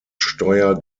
steuer